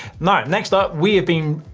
now, next up we have been,